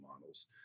models